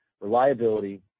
reliability